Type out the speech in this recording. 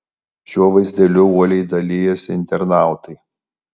šiuo vaizdeliu uoliai dalijasi internautai